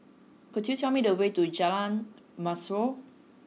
could you tell me the way to Jalan Mashhor